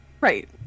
Right